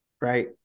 right